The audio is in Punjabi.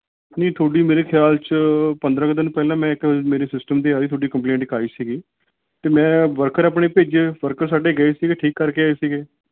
ਨਹੀਂ ਤੁਹਾਡੀ ਮੇਰੇ ਖਿਆਲ 'ਚ ਪੰਦਰਾਂ ਕੁ ਦਿਨ ਪਹਿਲਾਂ ਮੈਂ ਇੱਕ ਮੇਰੇ ਸਿਸਟਮ 'ਤੇ ਆ ਰਹੀ ਤੁਹਾਡੀ ਕੰਪਲੇਂਟ ਇੱਕ ਆਈ ਸੀ ਅਤੇ ਮੈਂ ਵਰਕਰ ਆਪਣੇ ਭੇਜੇ ਵਰਕਰ ਸਾਡੇ ਗਏ ਸੀ ਠੀਕ ਕਰਕੇ ਆਏ ਸੀ